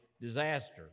disaster